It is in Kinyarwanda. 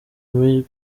muri